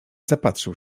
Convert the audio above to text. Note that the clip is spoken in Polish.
zapatrzył